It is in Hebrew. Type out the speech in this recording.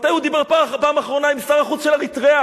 מתי הוא דיבר פעם אחרונה עם שר החוץ של אריתריאה?